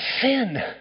sin